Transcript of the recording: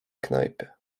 knajpie